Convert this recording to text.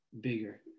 bigger